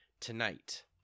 Tonight